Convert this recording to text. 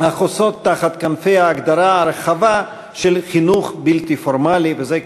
החוסות תחת כנפי ההגדרה הרחבה של "חינוך בלתי פורמלי"; וזאת,